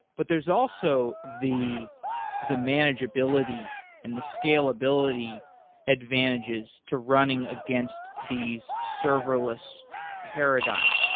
but there's also the the manageability and the scalability advantages to running against these serverless paradigms.